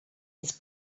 his